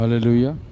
Hallelujah